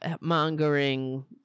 mongering